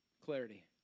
clarity